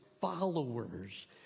followers